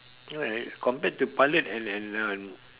you know what compared to pilot and and uh